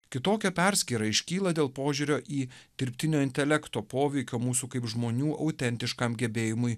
kitokia perskyra iškyla dėl požiūrio į dirbtinio intelekto poveikio mūsų kaip žmonių autentiškam gebėjimui